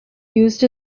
used